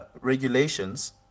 regulations